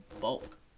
bulk